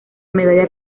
medalla